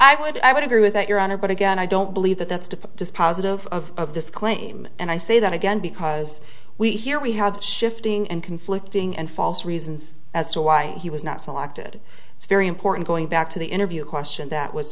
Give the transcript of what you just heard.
i would i would agree with that your honor but again i don't believe that that's to dispositive of of this claim and i say that again because we here we have shifting and conflicting and false reasons as to why he was not selected it's very important going back to the interview question that w